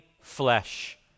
flesh